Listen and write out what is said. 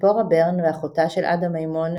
צפורה ברן ואחותה של עדה מימון,